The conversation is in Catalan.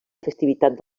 festivitat